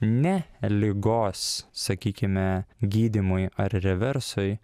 ne ligos sakykime gydymui ar reversui